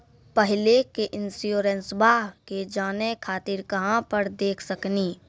पहले के इंश्योरेंसबा के जाने खातिर कहां पर देख सकनी?